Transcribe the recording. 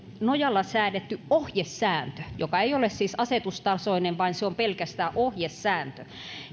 nojalla säädetty ohjesääntö joka ei ole siis asetustasoinen vaan se on pelkästään ohjesääntö